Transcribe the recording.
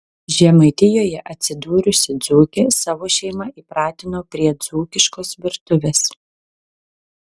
žemaitijoje atsidūrusi dzūkė savo šeimą įpratino prie dzūkiškos virtuvės